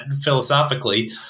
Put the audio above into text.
philosophically